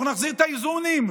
אנחנו נחזיר את האיזונים.